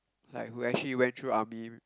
like who actually went through army